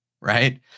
Right